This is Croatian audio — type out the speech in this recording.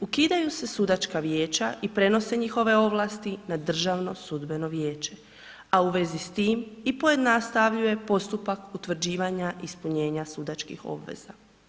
Ukidaju se sudačka vijeća i prenose njihove ovlasti na Državno sudbeno vijeće, a u vezi s tim i pojednostavljuje postupak utvrđivanja ispunjanja sudačkih obveza.